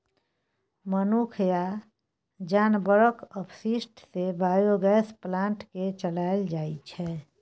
मनुख आ जानबरक अपशिष्ट सँ बायोगैस प्लांट केँ चलाएल जाइ छै